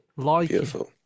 Beautiful